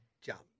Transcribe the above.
jump